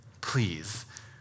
Please